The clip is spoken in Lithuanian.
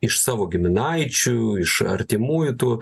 iš savo giminaičių iš artimųjų tų